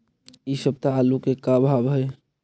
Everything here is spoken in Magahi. इ सप्ताह आलू के का भाव है?